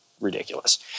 ridiculous